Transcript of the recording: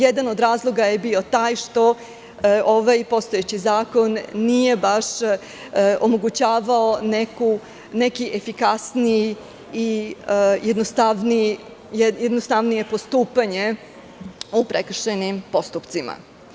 Jedan od razloga je bio taj što ovaj postojeći zakon nije baš omogućavao neki efikasniji i jednostavnije postupanje u prekršajnim postupcima.